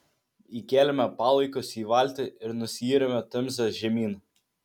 įkėlėme palaikus į valtį ir nusiyrėme temze žemyn